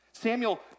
Samuel